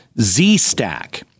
Z-Stack